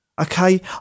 okay